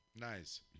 nice